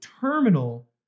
terminal